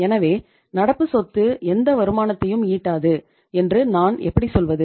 எனவே நடப்பு சொத்து எந்த வருமானத்தையும் ஈட்டாது என்று நான் எப்படி சொல்வது